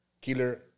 killer